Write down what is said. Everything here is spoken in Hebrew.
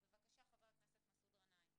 בבקשה, חבר הכנסת מסעוד גנאים.